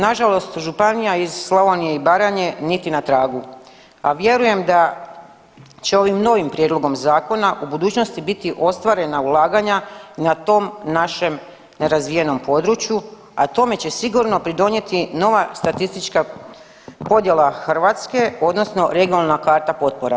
Nažalost županija iz Slavonije i Baranje niti na tragu, a vjerujem da će ovim novim prijedlogom Zakona u budućnosti biti ostvarena ulaganja na tom našem razvijenom području, a tome će sigurno pridonijeti nova statistička podjela Hrvatske, odnosno regionalna karta potpora.